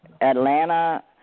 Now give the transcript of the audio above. Atlanta